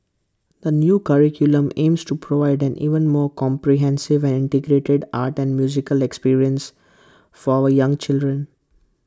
the new curriculum aims to provide an even more comprehensive and integrated art and music experience for our young children